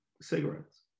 Cigarettes